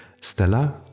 stella